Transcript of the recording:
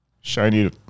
shiny